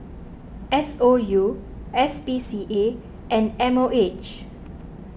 S O U S P C A and M O H